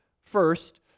First